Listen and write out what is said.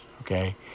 okay